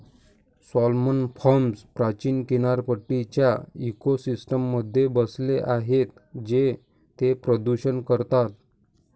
salmon farms प्राचीन किनारपट्टीच्या इकोसिस्टममध्ये बसले आहेत जे ते प्रदूषित करतात